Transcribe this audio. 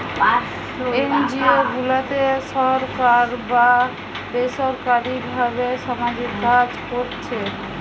NGO গুলাতে সরকার বা বেসরকারী ভাবে সামাজিক কাজ কোরছে